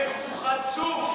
הוא חצוף.